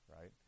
right